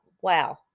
wow